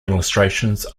illustrations